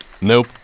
Nope